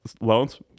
loans